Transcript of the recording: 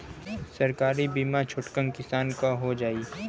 सरकारी बीमा छोटकन किसान क हो जाई?